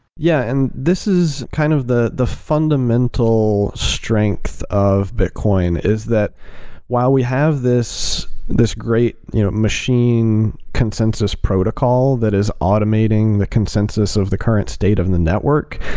yeah, and this is kind of the the fundamental strength of bitcoin, is that while we have this this great you know machine consensus protocol that is automating the consensus of the current state of and the network,